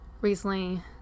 recently